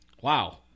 Wow